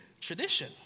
tradition